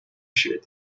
sheared